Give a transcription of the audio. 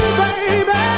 baby